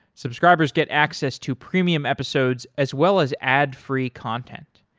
subscribers get access to premium episodes as well as ad free content.